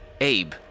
Abe